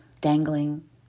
dangling